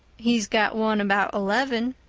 he's got one about eleven.